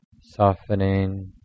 softening